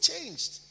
changed